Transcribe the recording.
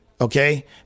Okay